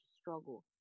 struggle